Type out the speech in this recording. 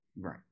right